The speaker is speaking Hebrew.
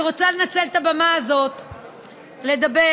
אני רוצה לנצל את הבמה הזאת כדי לדבר